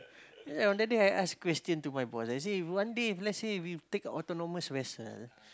that day I ask question to my boss I say one day if let's say we take autonomous vessel